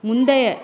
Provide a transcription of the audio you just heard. முந்தைய